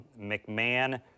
McMahon